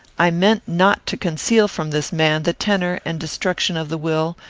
i meant not to conceal from this man the tenor and destruction of the will,